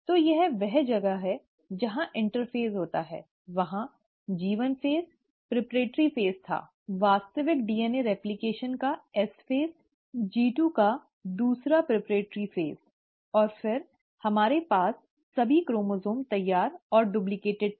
तो यह वह जगह है जहाँ इंटरपेज़ होता है वहाँ जी 1 फ़ेज़ प्रारंभिक चरण था वास्तविक डीएनए रेप्लकेशन का एस चरण G2 का दूसरा प्रारंभिक चरण और फिर हमारे पास सभी क्रोमोसोम तैयार और डुप्लिकेट थे